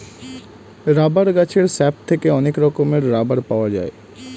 rubber গাছের sap থেকে অনেক রকমের রাবার পাওয়া যায়